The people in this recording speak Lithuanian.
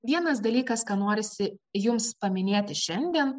vienas dalykas ką norisi jums paminėti šiandien